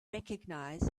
recognize